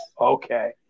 Okay